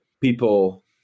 people